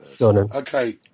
Okay